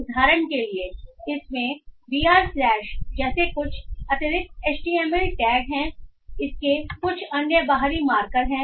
उदाहरण के लिए इसमें बीआर स्लैश जैसे कुछ अतिरिक्त एचटीएमएल टैग हैं इसके कुछ अन्य बाहरी मार्कर हैं